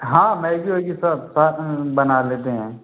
हाँ मैगी वैगी सब साथ मे बना लेते हैं